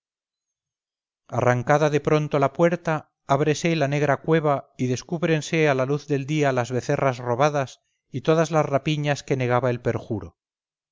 arrancada de pronto la puerta ábrese la negra cueva y descúbrense a la luz del día las becerras robadas y todas las rapiñas que negaba el perjuro